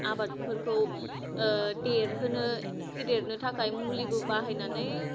आबादफोरखौ देरहोनो फेदेरनो थाखाय मुलिबो बाहायनानै